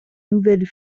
nouvelles